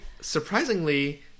Surprisingly